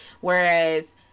Whereas